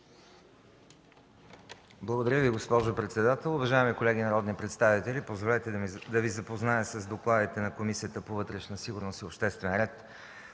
Благодаря Ви, госпожо председател. Уважаеми колеги народни представители, позволете да Ви запозная с докладите на Комисията по вътрешна сигурност и обществен ред: